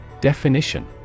Definition